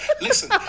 Listen